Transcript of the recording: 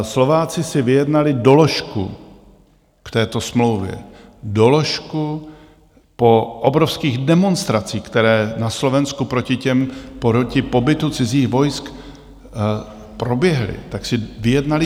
Slováci si vyjednali doložku k této smlouvě, doložku po obrovských demonstracích, které na Slovensku proti pobytu cizích vojsk proběhly, tak si vyjednali doložku...